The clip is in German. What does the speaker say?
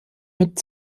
mit